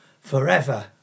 forever